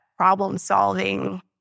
problem-solving